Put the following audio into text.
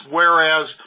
whereas